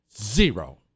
zero